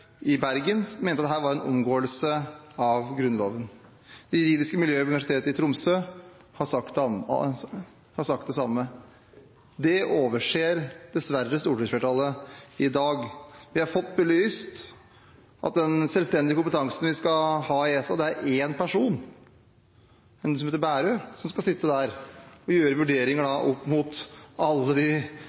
i Bergen mente at dette var en omgåelse av Grunnloven. Det juridiske miljøet ved Universitetet i Tromsø har sagt det samme. Det overser dessverre stortingsflertallet i dag. Vi har fått belyst at den selvstendige kompetansen vi skal ha i ESA, det er én person, en som heter Bærøe, som skal sitte der og gjøre vurderinger opp mot alle de